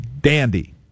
dandy